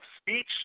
speech